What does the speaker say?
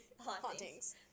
hauntings